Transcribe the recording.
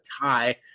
tie